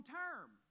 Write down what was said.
term